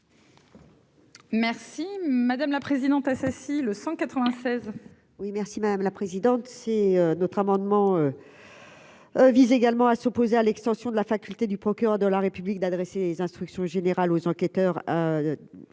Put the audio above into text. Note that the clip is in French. Merci madame la présidente